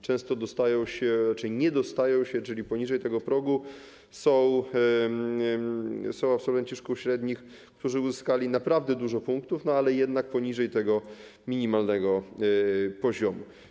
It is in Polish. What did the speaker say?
Często dostają się czy nie dostają się, bo są poniżej tego progu, absolwenci szkół średnich, którzy uzyskali naprawdę dużo punktów, ale jednak poniżej tego minimalnego poziomu.